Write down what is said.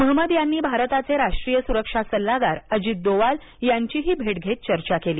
महंमद यांनी भारताचे राष्ट्रीय सुरक्षा सल्लागार अजित दोवाल यांचीही भेट घेत चर्चा केली